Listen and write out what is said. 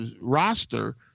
roster